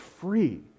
free